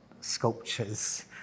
sculptures